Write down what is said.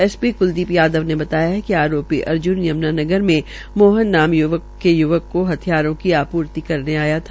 S ी क्लदी यादव ने बताया कि आरोपी अर्ज़न यम्नानगर में मोहन नाम य्वक को हथियारों की आप्र्ति करने आया था